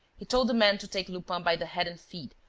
he told the men to take lupin by the head and feet,